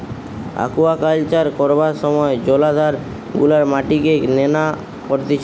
aquaculture করবার সময় জলাধার গুলার মাটিকে নোনা করতিছে